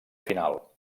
final